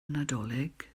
nadolig